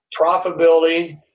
profitability